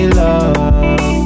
love